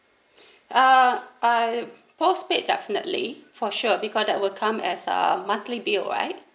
err by postpaid definitely for sure because that will come as a monthly bill right